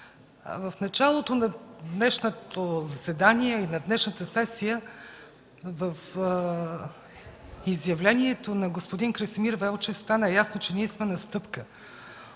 В началото на днешното заседание и на днешната сесия от изявлението на господин Красимир Велчев стана ясно, че ние сме на стъпка